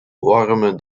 warme